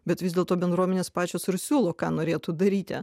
bet vis dėlto bendruomenės pačios ir siūlo ką norėtų daryti